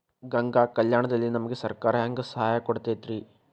ಗಂಗಾ ಕಲ್ಯಾಣ ದಲ್ಲಿ ನಮಗೆ ಸರಕಾರ ಹೆಂಗ್ ಸಹಾಯ ಕೊಡುತೈತ್ರಿ?